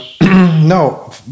no